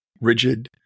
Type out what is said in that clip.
rigid